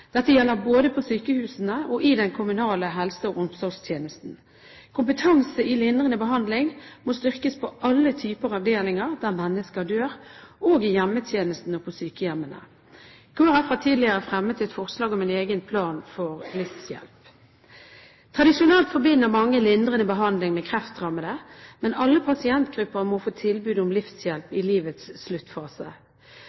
Dette gjelder både på sykehusene og i den kommunale helse- og omsorgstjenesten. Kompetanse i lindrende behandling må styrkes på alle typer avdelinger der mennesker dør – også i hjemmetjenesten og på sykehjemmene. Kristelig Folkeparti har tidligere fremmet et forslag om en egen plan for livshjelp. Tradisjonelt forbinder mange lindrende behandling med kreftrammede, men alle pasientgrupper må få tilbud om livshjelp